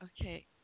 Okay